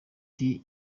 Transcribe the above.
ati